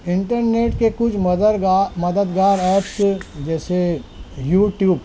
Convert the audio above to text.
internet کے کچھ مدرگاہ مددگار ایپس جیسے یو ٹیوب